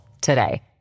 today